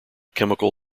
chemical